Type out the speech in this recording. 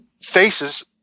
faces